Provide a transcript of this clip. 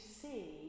see